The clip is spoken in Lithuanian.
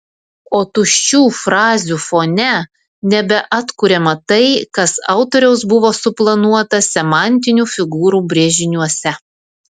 o tuščių frazių fone nebeatkuriama tai kas autoriaus buvo suplanuota semantinių figūrų brėžiniuose